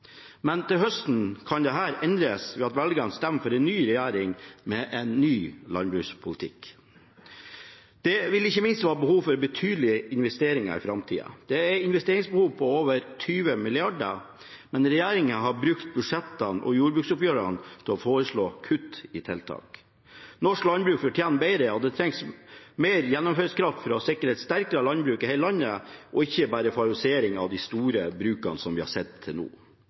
men til høsten kan dette endres ved at velgerne stemmer for en ny regjering med en ny landbrukspolitikk. Det vil ikke minst være behov for betydelige investeringer i framtida, det er et investeringsbehov på over 20 mrd. kr, men regjeringen har brukt budsjettene og jordbruksoppgjørene til å foreslå kutt i tiltak. Norsk landbruk fortjener bedre, og det trengs mer gjennomføringskraft for å sikre et sterkt landbruk i hele landet og ikke bare en favorisering av de store brukene, som vi har sett til nå.